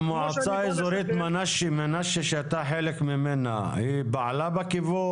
המועצה האזורית מנשה שאתה חלק ממנה פעלה בכיוון?